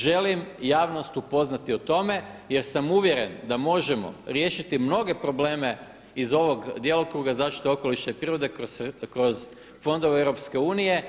Želim javnost upoznati o tome jer sam uvjeren da možemo riješiti mnoge probleme iz ovog djelokruga zaštite okoliša i prirode, kroz fondove EU.